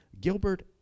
Gilbert